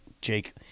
Jake